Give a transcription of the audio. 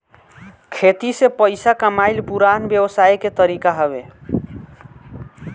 खेती से पइसा कमाइल पुरान व्यवसाय के तरीका हवे